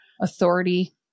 authority